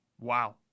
Wow